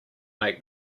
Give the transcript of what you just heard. make